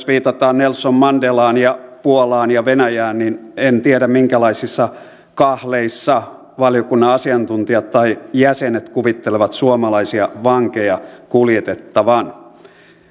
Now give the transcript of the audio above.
viitataan nelson mandelaan ja puolaan ja venäjään niin en tiedä minkälaisissa kahleissa valiokunnan asiantuntijat tai jäsenet kuvittelevat suomalaisia vankeja kuljetettavan